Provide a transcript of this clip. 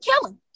killing